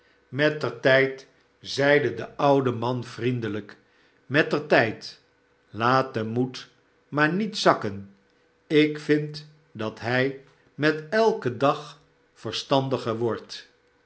smettertijd zeide de oude man vriendelijk mettertijd laat den moed maar niet zakken ik vind dat hij met elken dag verstandiger wordt